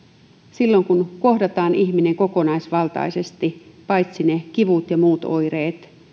silloin kohdataan ihminen kokonaisvaltaisesti paitsi ne kivut myös muut oireet